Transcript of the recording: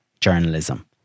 journalism